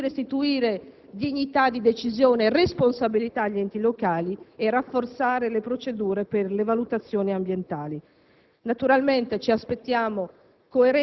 con cui restituire dignità di decisione e responsabilità agli enti locali e rafforzare le procedure per le valutazioni ambientali. Naturalmente, ci aspettiamo